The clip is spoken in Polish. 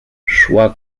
szła